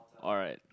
alright